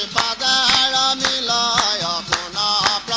da da um da da oem